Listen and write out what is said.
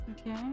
okay